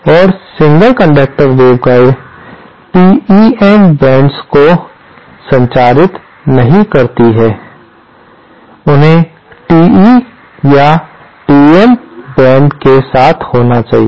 और single conductor waveguide TEM bands को संचारित नहीं कर सकते हैं उन्हें टीई या टीएम बेंड्स के साथ होना चाहिए